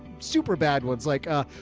super bad ones. like, ah,